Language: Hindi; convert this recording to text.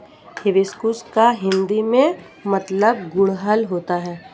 हिबिस्कुस का हिंदी में मतलब गुड़हल होता है